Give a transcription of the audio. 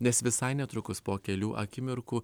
nes visai netrukus po kelių akimirkų